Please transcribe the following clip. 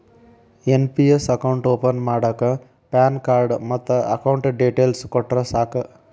NPS account open ಮಾಡಾಕ PAN card ಮತ್ತ account details ಕೊಟ್ರ ಸಾಕ